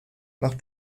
nach